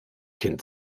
kind